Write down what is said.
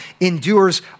endures